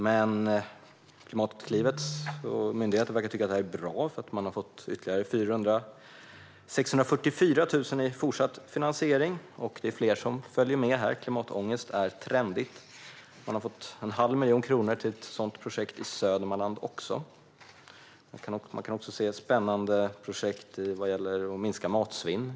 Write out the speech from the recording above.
Inom Klimatklivet och myndigheten verkar man tycka att detta är något bra, för kursen har fått ytterligare 644 000 i fortsatt finansiering. Fler kurser följer. Klimatångest är trendigt. Ett sådant projekt i Södermanland har också fått en halv miljon kronor. Man kan även se spännande projekt när det gäller att minska matsvinn.